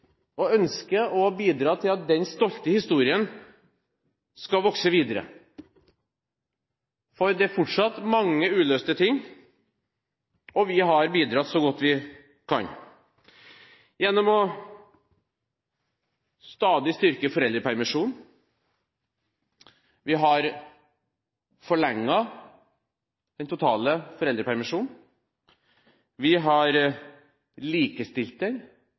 og ønsker å bidra til at den stolte historien skal vokse videre. For det er fortsatt mange uløste oppgaver. Vi har bidratt så godt vi kan gjennom stadig å styrke foreldrepermisjonen og å forlenge den totale foreldrepermisjonen. Vi har gjennom det grepet vi gjør i dette budsjettet, likestilt